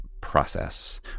process